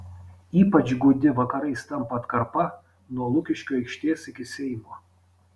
ypač gūdi vakarais tampa atkarpa nuo lukiškių aikštės iki seimo